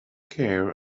care